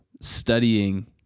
studying